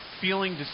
feeling